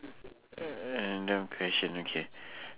random question okay